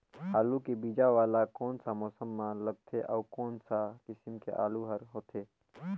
आलू के बीजा वाला कोन सा मौसम म लगथे अउ कोन सा किसम के आलू हर होथे?